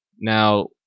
Now